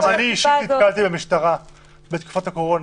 גם אני אישית נתקלתי במשטרה בתקופת הקורונה.